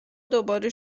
دوباره